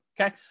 okay